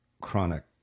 chronic